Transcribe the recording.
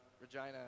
Regina